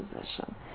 position